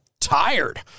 tired